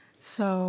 so